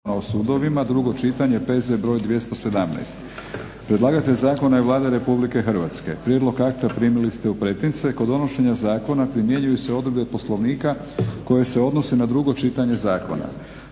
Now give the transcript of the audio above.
o sudovima, drugo čitanje, P.Z. br. 217 Predlagatelj zakona je Vlada RH. Prijedlog akta primili ste u pretince. Kod donošenja zakona primjenjuju se odredbe Poslovnika koje se odnose na drugo čitanje zakona.